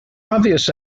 obvious